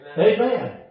Amen